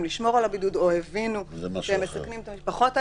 לשמור על הבידוד או כי הם הבינו שהם מסכנים את המשפחות,